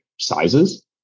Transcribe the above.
sizes